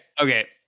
okay